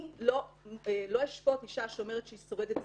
אני לא אשפוט אישה שאומרת שהיא שורדת זנות,